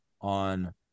on